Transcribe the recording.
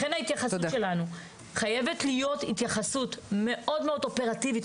לכן ההתייחסות שלנו חייבת להיות התייחסות מאוד מאוד אופרטיבית.